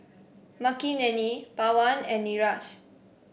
Makineni Pawan and Niraj